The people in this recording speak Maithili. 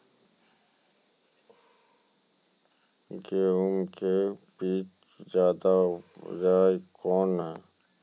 गेहूँ के बीज ज्यादा उपजाऊ कौन है?